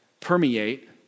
permeate